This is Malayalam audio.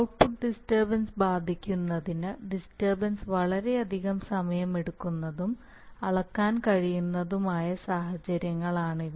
ഔട്ട്പുട്ട് ഡിസ്റ്റർബൻസ് ബാധിക്കുന്നതിന് ഡിസ്റ്റർബൻസ് വളരെയധികം സമയമെടുക്കുന്നതും അളക്കാൻ കഴിയുന്നതുമായ സാഹചര്യങ്ങളാണിവ